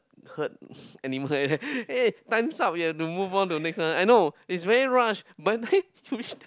herd animal eh times up we have to move on to next one I know is very rush by the time you reach there